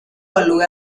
alude